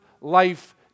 life